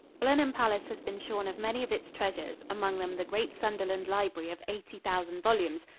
blenheim palace has been shorn of many of its treasures, among them the great sunderland library of eighty thousand volumes,